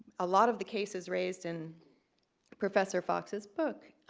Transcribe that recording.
a lot of the cases raised in professor fox's book